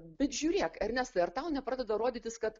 bet žiūrėk ernestai ar tau nepradeda rodytis kad